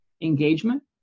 engagement